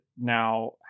Now